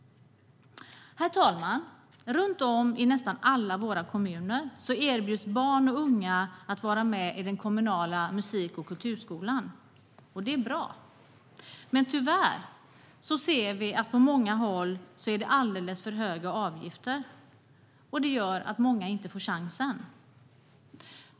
Herr talman! Runt om i nästan alla våra kommuner erbjuds barn och unga att vara med i den kommunala musik och kulturskolan. Det är bra. Men tyvärr ser vi på många håll alldeles för höga avgifter. Det gör att många inte får chansen.